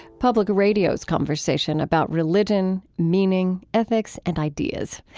public radio's conversation about religion, meaning, ethics, and ideas.